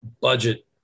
budget